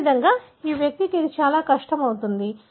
అదేవిధంగా ఈ వ్యక్తికి ఇది చాలా కష్టం అవుతుంది